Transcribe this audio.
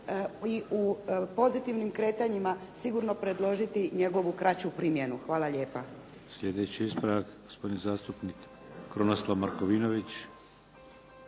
i u pozitivnim kretanjima sigurno predložiti njegovu kraću primjenu. Hvala lijepa.